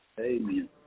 Amen